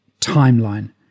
timeline